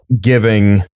giving